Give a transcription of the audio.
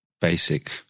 basic